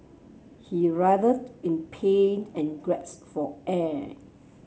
he writhed in pain and grasped for air